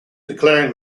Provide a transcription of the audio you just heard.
declaring